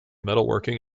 metalworking